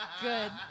good